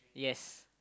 yes